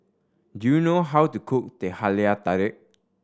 do you know how to cook Teh Halia Tarik